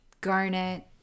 garnet